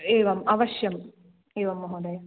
एवम् अवश्यम् एवं महोदय